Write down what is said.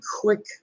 quick